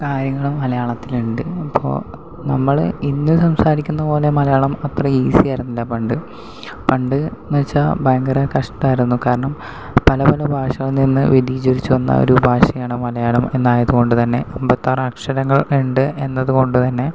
കാര്യങ്ങളും മലയാളത്തിലുണ്ട് അപ്പോൾ നമ്മൾ ഇന്ന് സംസാരിക്കുന്ന പോലെ മലയാളം അത്ര ഈസി ആയിരുന്നില്ല പണ്ട് പണ്ടെന്ന് വെച്ചാൽ ഭയങ്കര കഷ്ടമായിരുന്നു കാരണം പല പല ഭാഷകളിൽ നിന്ന് വ്യതീചലിച്ച് വന്ന ഒരു ഭാഷയാണ് മലയാളം എന്നായത് കൊണ്ട് തന്നെ അമ്പത്താറ് അക്ഷരങ്ങൾ ഉണ്ട് എന്നതുകൊണ്ട് തന്നെ